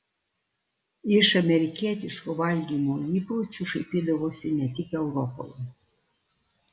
iš amerikietiškų valgymo įpročių šaipydavosi ne tik europoje